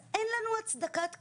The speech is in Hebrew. אז אין לנו הצדקת קיום,